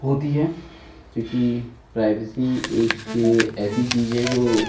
होती है क्योंकि प्राइवेसी एक ऐसी चीज है जो